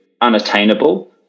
unattainable